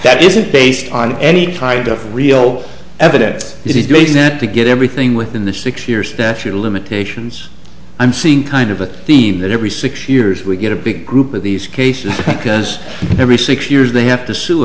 that isn't based on any kind of real evidence he's doing that to get everything within the six year statute of limitations i'm seeing kind of a theme that every six years we get a big group of these cases because every six years they have to sue